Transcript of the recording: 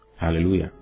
Hallelujah